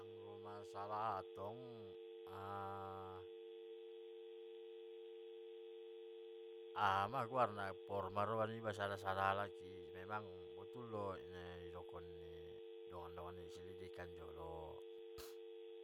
Anggo masalah aha tong aha ma guarn pormaroha niba sada-sada halak i memang botul do nai dongkkon ni dongan-dongan ni di selidikan jolo